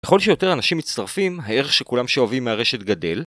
לכל שיותר אנשים מצטרפים, הערך שכולם שאוהבים מהרשת גדל.